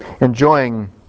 Enjoying